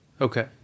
Okay